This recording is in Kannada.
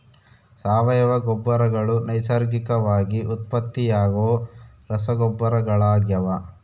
ಸಾವಯವ ಗೊಬ್ಬರಗಳು ನೈಸರ್ಗಿಕವಾಗಿ ಉತ್ಪತ್ತಿಯಾಗೋ ರಸಗೊಬ್ಬರಗಳಾಗ್ಯವ